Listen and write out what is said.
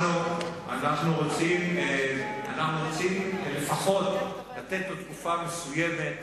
אנחנו רוצים לפחות לתת לו תקופה מסוימת,